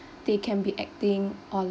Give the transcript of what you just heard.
they can be acting or like